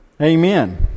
Amen